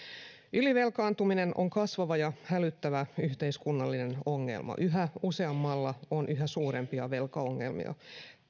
ylivelkaantuminen on kasvava ja hälyttävä yhteiskunnallinen ongelma yhä useammalla on yhä suurempia velkaongelmia